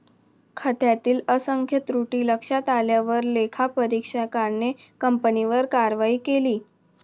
खात्यातील असंख्य त्रुटी लक्षात आल्यावर लेखापरीक्षकाने कंपनीवर कारवाई केली